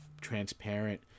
transparent